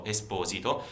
Esposito